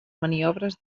maniobres